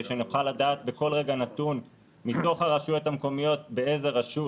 שנוכל לדעת בכל רגע נתון מתוך הרשויות המקומיות באיזה רשות